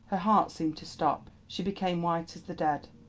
her heart seemed to stop she became white as the dead,